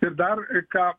ir dar ką